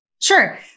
Sure